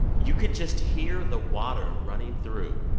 you could just hear the water running through.